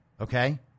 Okay